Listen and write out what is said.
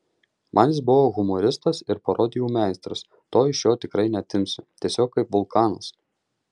man jis buvo humoristas ir parodijų meistras to iš jo tikrai neatimsi tiesiog kaip vulkanas